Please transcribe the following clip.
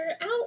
out